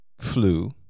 flu